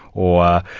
or,